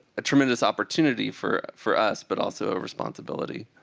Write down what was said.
a tremendous opportunity for for us, but also a responsibility.